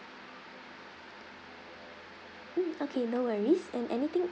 mm okay no worries and anything